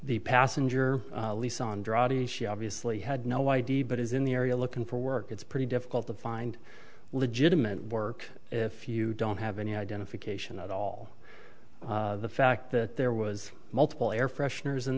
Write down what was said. the passenger drafty she obviously had no idea but is in the area looking for work it's pretty difficult to find legitimate work if you don't have any identification at all the fact that there was multiple air fresheners in